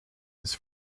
his